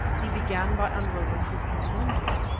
he began by unrolling his own blanket,